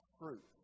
fruit